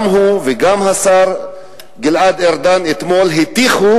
גם הוא וגם השר גלעד ארדן אתמול הטיחו